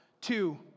Two